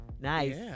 Nice